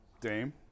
Dame